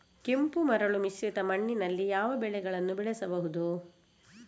ಕೆಂಪು ಮರಳು ಮಿಶ್ರಿತ ಮಣ್ಣಿನಲ್ಲಿ ಯಾವ ಬೆಳೆಗಳನ್ನು ಬೆಳೆಸಬಹುದು?